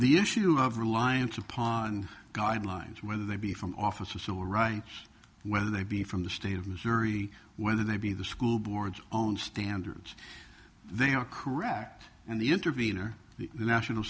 the issue of reliance upon guidelines whether they be from office or civil rights whether they be from the state of missouri whether they be the school board own standards they are correct and the intervene or the national